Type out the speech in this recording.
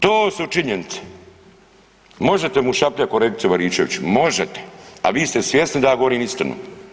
To su činjenice, možete mu šapljat kolegice Baričević, možete, a vi ste svjesni da ja govorim istinu.